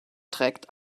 trägt